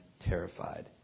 terrified